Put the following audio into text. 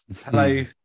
Hello